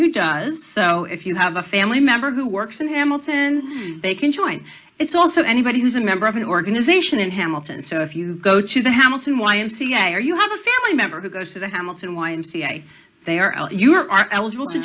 who does so if you have a family member who works in hamilton they can join it's also anybody who's a member of an organization in hamilton so if you go to the hamilton y m c a or you have a family member who goes to the hamilton y m c a they are you are eligible to